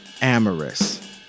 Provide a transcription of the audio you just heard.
amorous